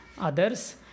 Others